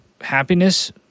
happiness